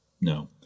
No